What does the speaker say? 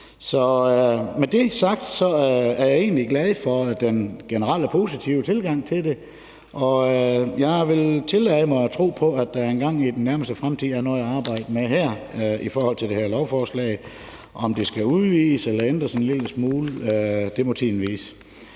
Så med det sagt er jeg egentlig glad for den generelle positive tilgang til det, og jeg vil tillade mig at tro på, at der engang i den nærmeste fremtid er noget at arbejde med i forhold til det her forslag. Om det skal udvides eller ændres en lille smule, må tiden vise.